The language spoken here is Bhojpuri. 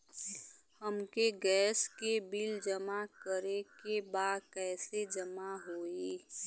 हमके गैस के बिल जमा करे के बा कैसे जमा होई?